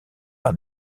par